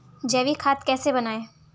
जैविक खाद कैसे बनाएँ?